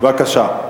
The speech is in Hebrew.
בבקשה.